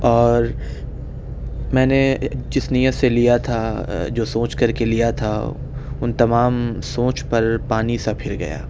اور میں نے جس نیت سے لیا تھا جو سوچ کر کے لیا تھا ان تمام سوچ پر پانی سا پھر گیا